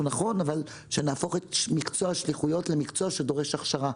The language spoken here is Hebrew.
נכון אבל שנהפוך את מקצוע השליחויות למקצוע שדורש הכשרה,